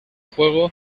juego